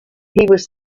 was